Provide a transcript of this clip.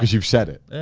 you've said it.